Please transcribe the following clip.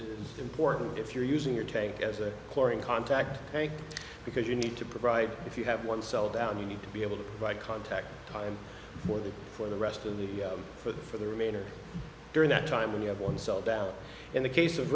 is important if you're using your tank as a chlorine contact tank because you need to provide if you have one cell down you need to be able to provide contact time for the for the rest of the for the for the remainder during that time when you have one cell down in the case of